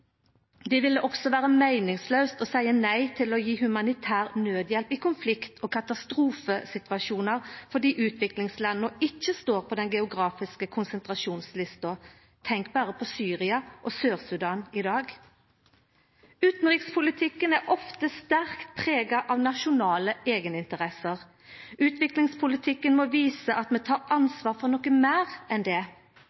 Det ville også vera meiningslaust å seia nei til å gje humanitær nødhjelp i konflikt- og katastrofesituasjonar fordi utviklingslanda ikkje står på den geografiske konsentrasjonslista. Tenk berre på Syria og Sør-Sudan i dag. Utanrikspolitikken er ofte sterkt prega av nasjonale eigeninteresser. Utviklingspolitikken må visa at